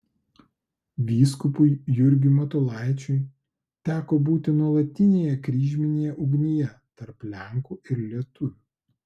vyskupui jurgiui matulaičiui teko būti nuolatinėje kryžminėje ugnyje tarp lenkų ir lietuvių